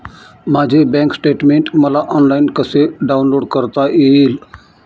माझे bank statement मला online कसे डाउनलोड करता येईल?